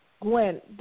Gwen